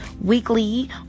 weekly